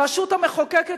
הרשות המחוקקת,